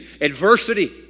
Adversity